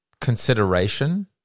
consideration